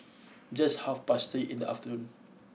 just half past three in the afternoon